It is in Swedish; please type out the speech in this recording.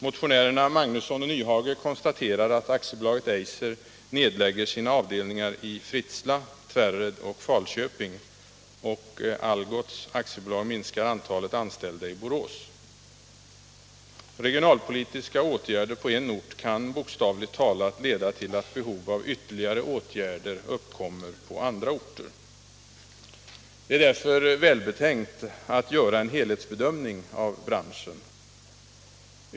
Motionärerna Magnusson och Nyhage konstaterar att AB Eiser nedlägger sina avdelningar i Fritsla, Tvärred och Falköping och att Algots AB minskar antalet anställda i Borås. Regionalpolitiska åtgärder på en ort kan bokstavligt talat leda till att behov av ytterligare åtgärder uppkommer på andra orter. Det är därför välbetänkt att göra en helhetsbedömning av branschen.